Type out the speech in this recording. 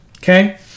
Okay